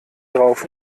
drauf